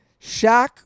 Shaq